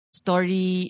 story